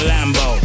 Lambo